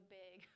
big